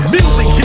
music